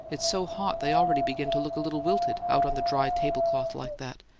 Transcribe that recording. it's so hot, they already begin to look a little wilted, out on the dry tablecloth like that.